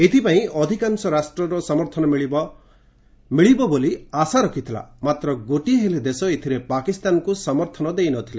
ଏଥିପାଇଁ ଆଧିକାଂଶ ରାଷ୍ଟ୍ରର ସମର୍ଥନ ମିଳିବ ବୋଲି ଆଶା ରଖିଥିଲା ମାତ୍ର ଗୋଟିଏ ହେଲେ ଦେଶ ଏଥିରେ ପାକିସ୍ତାନକୁ ସମର୍ଥନ ଦେଇ ନ ଥିଲେ